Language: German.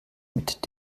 mit